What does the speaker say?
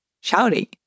shouting